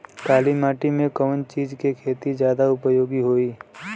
काली माटी में कवन चीज़ के खेती ज्यादा उपयोगी होयी?